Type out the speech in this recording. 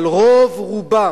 אבל הרוב הגדול